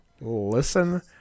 listen